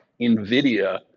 Nvidia